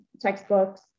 textbooks